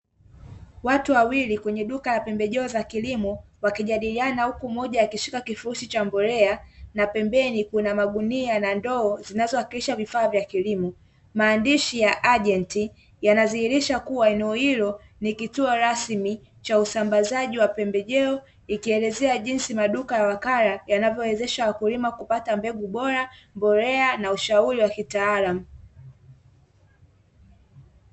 Watu wawili kwenye duka la pembejo za kilimo wakijadiliana huku moja akishika kifurushi cha mbolea na pembeni kuna magunia na ndoo zinazowakilisha vifaa vya kilimo; maandishi ya ajenti yanadhihirisha kuwa eneo hilo ni kituo rasmi cha usambazaji wa pembejeo ikielezea jinsi maduka ya wakala yanavyowezesha wakulima kupata mbegu bora, mbolea na ushauri wa kitaalamu.